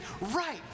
right